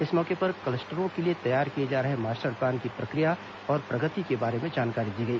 इस मौके पर क्लस्टरों के लिए तैयार किए जा रहे मास्टर प्लान की प्रक्रिया और प्रगति के बारे में जानकारी दी गई